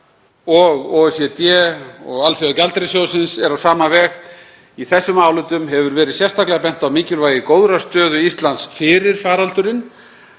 OECD og Alþjóðagjaldeyrissjóðsins eru á sama veg. Í þessum álitum hefur verið sérstaklega bent á mikilvægi góðrar stöðu Íslands fyrir faraldurinn.